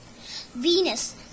Venus